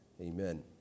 Amen